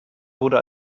wurde